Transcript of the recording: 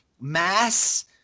mass